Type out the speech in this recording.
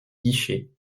guichet